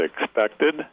expected